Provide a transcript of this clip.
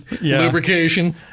lubrication